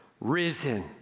risen